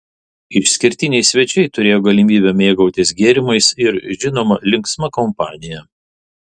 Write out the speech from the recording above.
išskirtiniai svečiai turėjo galimybę mėgautis gėrimais ir žinoma linksma kompanija